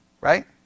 right